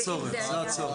לא, זה הצורך.